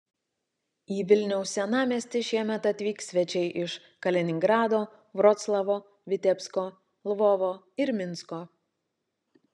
į vilniaus senamiestį šiemet atvyks svečiai iš kaliningrado vroclavo vitebsko lvovo ir minsko